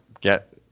get